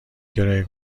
کرایه